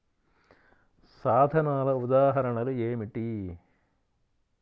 సాధనాల ఉదాహరణలు ఏమిటీ?